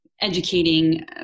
educating